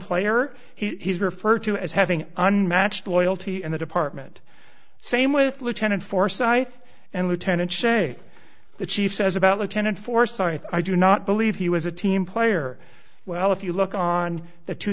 player he's referred to as having unmatched loyalty in the department same with lieutenant forsyth and lieutenant say the chief says about lieutenant forsyth i do not believe he was a team player well if you look on the two